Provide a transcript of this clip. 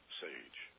sage